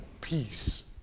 peace